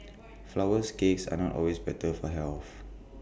Flourless Cakes are not always better for health